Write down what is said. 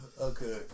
Okay